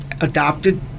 adopted